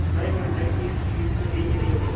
नहीं मैम कहीं चीज सीट तो चेंज नहीं हुई